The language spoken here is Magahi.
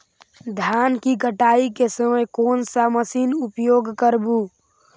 धान की कटाई के समय कोन सा मशीन उपयोग करबू?